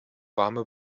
warme